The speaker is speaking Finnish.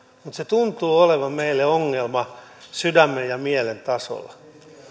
mutta se tuntuu olevan meille ongelma sydämen ja mielen tasolla